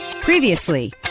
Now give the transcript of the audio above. Previously